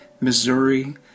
Missouri